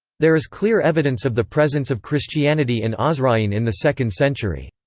there is clear evidence of the presence of christianity in osroene in the second century.